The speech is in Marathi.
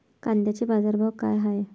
कांद्याचे बाजार भाव का हाये?